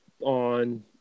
On